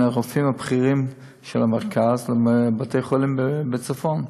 הרופאים הבכירים של המרכז לבתי-חולים בצפון.